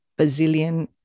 bazillion